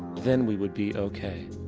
then we would be okay.